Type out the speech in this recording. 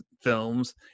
films